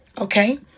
okay